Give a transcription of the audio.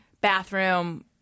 bathroom